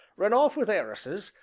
run off with heiresses,